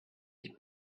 ich